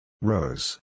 Rose